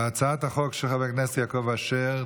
להצעת החוק של חבר הכנסת יעקב אשר,